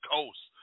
Coast